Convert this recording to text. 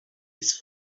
his